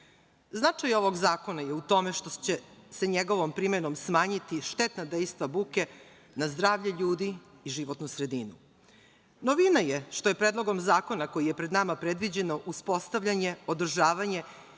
EU.Značaj ovog zakona je u tome što će se njegovom primenom smanjiti štetna dejstva buke na zdravlje ljudi i životnu sredinu. Novina je što je predlogom zakona koji je pred nama predviđeno uspostavljanje, održavanje